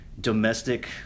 domestic